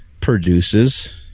produces